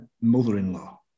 mother-in-law